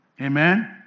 Amen